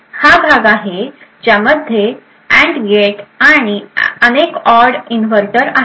हा भाग आहे ज्यामध्ये अँड गेट आणि अनेक ऑड इनव्हर्टर आहेत